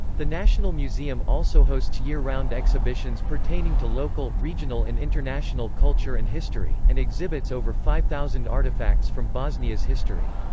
the national museum also hosts year-round exhibitions pertaining to local, regional and international culture and history, and exhibits over five thousand artefacts from bosnia's history.